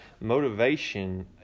Motivation